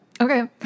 Okay